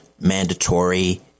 mandatory